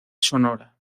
sonora